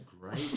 great